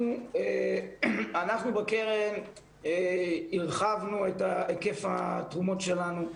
אנחנו בקרן הרחבנו את היקף התרומות שלנו.